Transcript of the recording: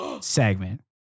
segment